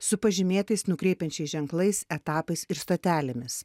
su pažymėtais nukreipiančiais ženklais etapais ir stotelėmis